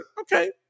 Okay